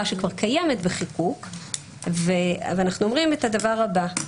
שכבר קיימת בחיקוק ואנחנו אומרים את הדבר הבא,